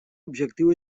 objectiu